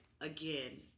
again